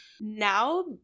Now